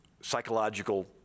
psychological